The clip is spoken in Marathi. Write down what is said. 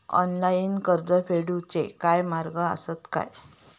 ऑनलाईन कर्ज फेडूचे काय मार्ग आसत काय?